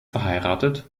verheiratet